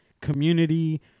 community